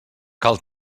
cal